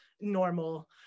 normal